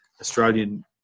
Australian